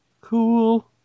Cool